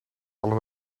alle